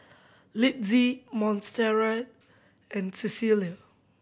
Litzy Montserrat and Cecelia